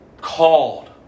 called